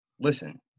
listen